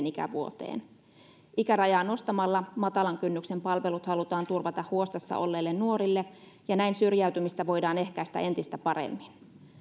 ikävuoteen ikärajaa nostamalla matalan kynnyksen palvelut halutaan turvata huostassa olleille nuorille ja näin syrjäytymistä voidaan ehkäistä entistä paremmin